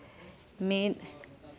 ᱢᱤᱫ